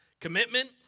Commitment